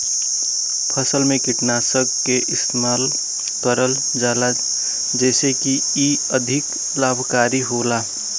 फसल में कीटनाशक के इस्तेमाल करल जाला जेसे की इ अधिक लाभकारी होला